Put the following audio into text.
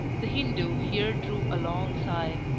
the hindoo here drew a long sigh,